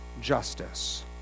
justice